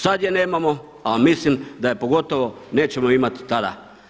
Sada je nemamo, a mislim da je pogotovo nećemo imati tada.